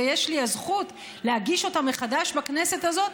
ויש לי הזכות להגיש אותה מחדש בכנסת הזאת,